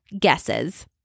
guesses